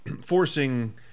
forcing